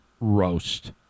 roast